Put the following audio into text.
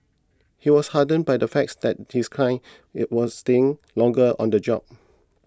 he was heartened by the fact that his clients it was staying longer on the job